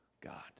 God